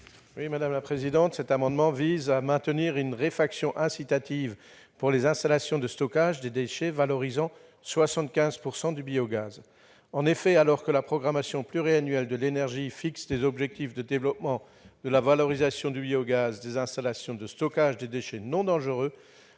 n° I-55 rectifié. Cet amendement vise à maintenir une réfaction incitative pour les installations de stockage des déchets valorisant 75 % du biogaz. En effet, alors que la programmation pluriannuelle de l'énergie fixe des objectifs de développement de la valorisation du biogaz des installations de stockage de déchets non dangereux,